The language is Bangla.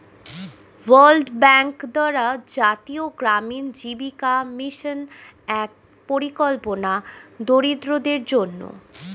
ওয়ার্ল্ড ব্যাংক দ্বারা জাতীয় গ্রামীণ জীবিকা মিশন এক পরিকল্পনা দরিদ্রদের জন্যে